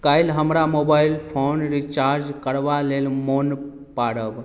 काल्हि हमरा mobile phone recharge करबा लेल मोन पाड़ब